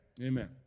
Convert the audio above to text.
Amen